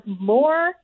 more